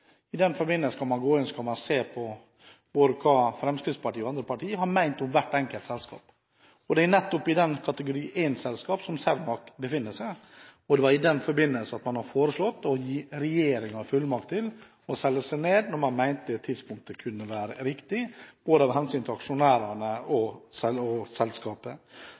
I den forbindelse kan man gå inn og se på hva Fremskrittspartiet og andre partier har ment om hvert enkelt selskap. Det er nettopp i kategori 1-selskap Cermaq befinner seg, og det var i den forbindelse at man foreslo å gi regjeringen fullmakt til å selge seg ned når man mente tidspunktet kunne være riktig både av hensyn til aksjonærene og selskapet. Hvis man lurer på hva opposisjonen mener om hvert enkelt selskap, kan statsråden gå inn og